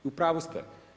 U pravu ste.